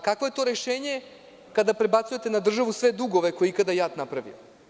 Kakvo je to rešenje kada prebacujete na državu sve dugove koje je ikad JAT napravio?